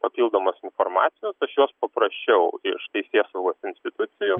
papildomos informacijos aš jos paprašiau iš teisėsaugos institucijų